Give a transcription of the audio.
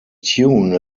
tune